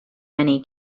many